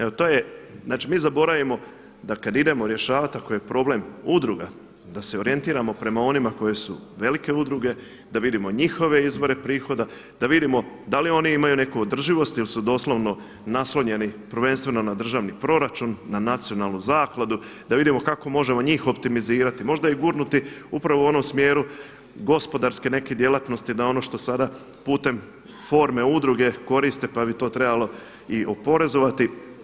Evo to je, znači mi zaboravimo da kada idemo rješavati ako je problem udruga da se orijentiramo prema onima koji su velike udruge, da vidimo njihove izvore prihoda, da vidimo da li oni imaju neku održivost ili su doslovno naslonjeni prvenstveno na državni proračun, na nacionalnu zakladu, da vidimo kako možemo njih optimizirati, možda i gurnuti upravo u onom smjeru gospodarske neke djelatnosti da ono što sada putem forme udruge koriste pa bi to trebalo i oporezovati.